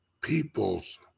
people's